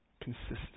consistent